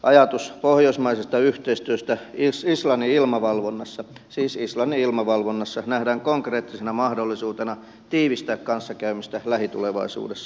ajatus pohjoismaisesta yhteistyöstä islannin ilmavalvonnassa siis islannin ilmavalvonnassa nähdään konkreettisena mahdollisuutena tiivistää kanssakäymistä lähitulevaisuudessa